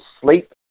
sleep